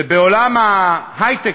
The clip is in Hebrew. ובעולם ההיי-טק,